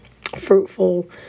fruitful